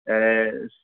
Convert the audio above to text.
ऐं